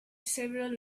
several